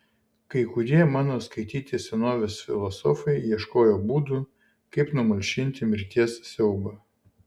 kai kurie mano skaityti senovės filosofai ieškojo būdų kaip numalšinti mirties siaubą